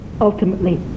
ultimately